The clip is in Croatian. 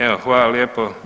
Evo hvala lijepo.